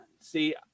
See